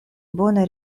bona